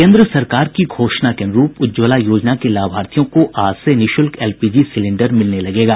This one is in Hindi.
केंद्र सरकार की घोषणा के अनुरूप उज्ज्वला योजना के लाभार्थियों को आज से निःशुल्क एलपीजी सिलिंडर मिलने लगेगा